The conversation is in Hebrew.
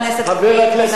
חבר הכנסת אגבאריה,